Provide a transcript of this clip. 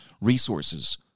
resources